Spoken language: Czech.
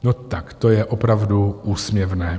No tak to je opravdu úsměvné.